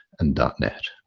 and. net.